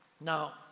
Now